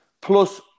Plus